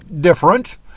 different